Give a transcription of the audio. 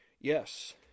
Yes